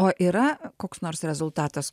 o yra koks nors rezultatas